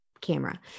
camera